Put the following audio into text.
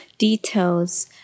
details